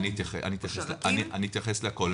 אני אתייחס לכל.